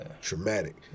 traumatic